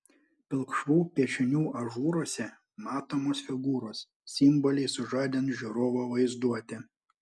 pilkšvų piešinių ažūruose matomos figūros simboliai sužadins žiūrovo vaizduotę